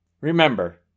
Remember